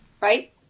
Right